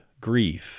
grief